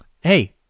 Hey